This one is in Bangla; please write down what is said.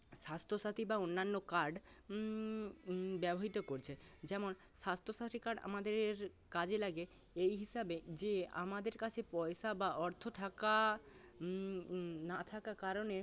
স্বাস্থ্যসাথী বা অন্যান্য কার্ড ব্যাবহৃত করছে যেমন স্বাস্থ্য সাথী কার্ড আমাদের কাজে লাগে এই হিসাবে যে আমাদের কাছে পয়সা বা অর্থ থাকা না থাকা কারণে